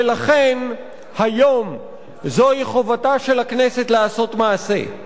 ולכן היום זוהי חובתה של הכנסת לעשות מעשה.